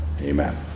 Amen